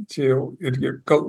čia jau irgi gal